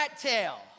tail